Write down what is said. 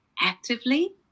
actively